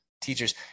teachers